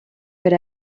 per